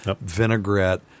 vinaigrette